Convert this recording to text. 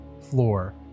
floor